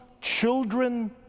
children